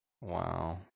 wow